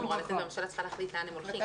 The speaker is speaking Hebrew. אמורה לתת והממשלה צריכה להחליט לאן הם הולכים.